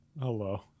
Hello